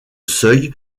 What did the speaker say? seuil